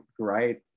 great